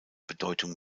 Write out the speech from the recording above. bedeutung